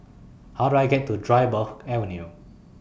How Do I get to Dryburgh Avenue